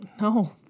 No